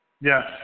yes